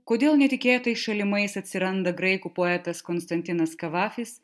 kodėl netikėtai šalimais atsiranda graikų poetas konstantinas kavafis